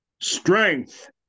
strength